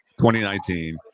2019